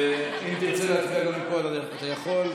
אם תרצה להצביע מפה אתה יכול.